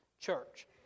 church